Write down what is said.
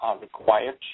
required